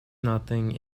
nothing